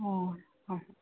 ꯑꯣ ꯍꯣꯏ